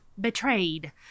betrayed